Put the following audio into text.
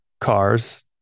cars